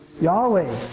Yahweh